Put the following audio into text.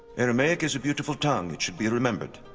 aramaic is a beautiful tongue, it should be remembered.